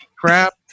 crap